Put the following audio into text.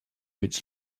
its